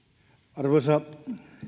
arvoisa